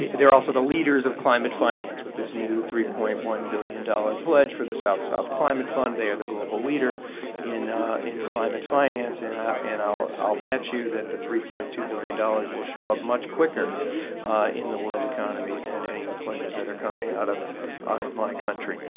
they're are also the leaders of climate finance with this new three point one billion dollars dollars pledge for the south-south climate fund. they are the global leader in in climate finance. ah and i'll bet you that the three point two billion dollars will show up much quicker in the world economy than any of the pledges that are coming out of out of my country.